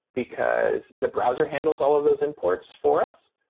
because the browser handles all of those imports for us.